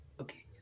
Okay